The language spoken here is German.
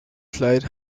kleid